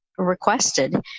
requested